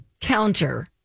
counter